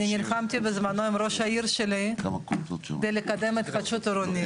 אני נלחמתי בזמנו עם ראש העיר שלי כדי לקדם התחדשות עירונית.